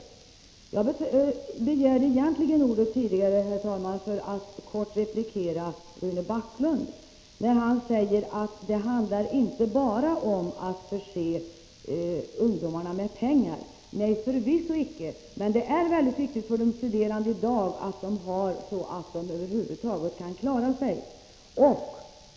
Herr talman! Jag begärde egentligen ordet för att kort replikera Rune Backlund, som sade att det inte bara handlar om att förse ungdomarna med pengar. Nej, förvisso icke, men det är väldigt viktigt för de studerande i dag att de har så mycket att de över huvud taget kan klara sig.